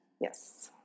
Yes